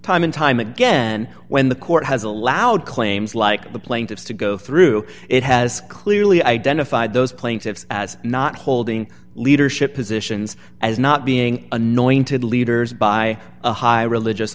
time and time again when the court has allowed claims like the plaintiffs to go through it has clearly identified those plaintiffs as not holding leadership positions as not being annoying to the leaders by a high religious